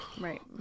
Right